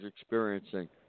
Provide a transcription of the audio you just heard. experiencing